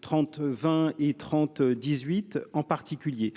30, 20 et 30 18 en particulier,